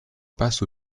passe